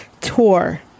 tour